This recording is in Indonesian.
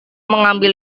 mengambil